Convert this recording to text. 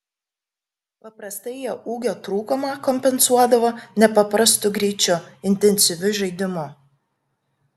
paprastai jie ūgio trūkumą kompensuodavo nepaprastu greičiu intensyviu žaidimu